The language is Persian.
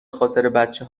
خاطربچه